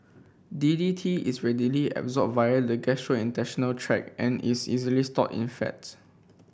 D D T is readily absorbed via the gastrointestinal tract and is easily stored in fats